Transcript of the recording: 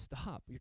stop